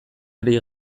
ari